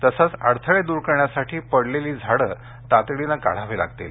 तसेच अडथळे दूर करण्यासाठी पडलेली झाडे तातडीने काढावी लागतील